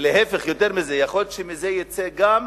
ולהיפך, יותר מזה, יכול להיות שיצא מזה גם